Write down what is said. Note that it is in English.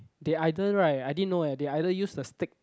they either right I didn't know eh they either use the stick